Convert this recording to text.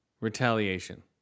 Retaliation